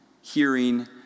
hearing